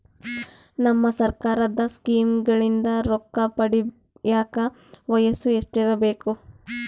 ನಮ್ಮ ಸರ್ಕಾರದ ಸ್ಕೀಮ್ಗಳಿಂದ ರೊಕ್ಕ ಪಡಿಯಕ ವಯಸ್ಸು ಎಷ್ಟಿರಬೇಕು?